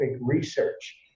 research